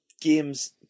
games